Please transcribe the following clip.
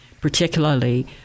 particularly